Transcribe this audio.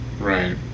right